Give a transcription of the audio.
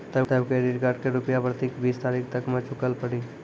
तब credit card के रूपिया प्रतीक बीस तारीख तक मे चुकल पड़ी?